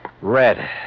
Red